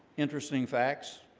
interesting facts